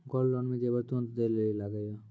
Gold loan मे जेबर तुरंत दै लेली लागेया?